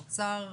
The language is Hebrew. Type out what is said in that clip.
האוצר,